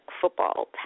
football